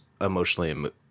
emotionally